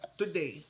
today